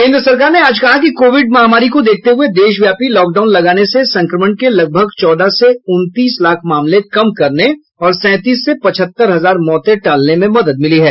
केन्द्र सरकार ने आज कहा कि कोविड महामारी को देखते हुए देशव्यापी लॉकडाउन लगाने से संक्रमण के लगभग चौदह से उनतीस लाख मामले कम करने और सैंतीस से पचहत्तर हजार मौतें टालने में मदद मिली है